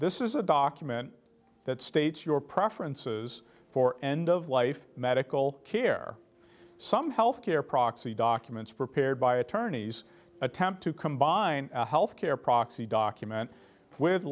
this is a document that states your preferences for end of life medical care some health care proxy documents prepared by attorneys attempt to combine health care proxy document with